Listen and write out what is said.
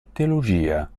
teologia